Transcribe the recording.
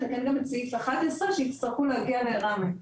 לתקן גם את סעיף 11 שהצטרכו להגיע לרמ"י.